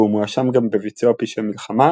והוא מואשם גם בביצוע פשעי מלחמה,